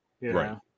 Right